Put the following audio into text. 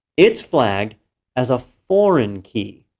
it's flagged as a foreign key.